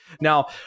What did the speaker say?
Now